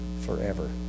forever